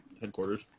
headquarters